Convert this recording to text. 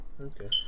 Okay